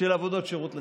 של עבודות שירות לציבור.